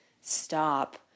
stop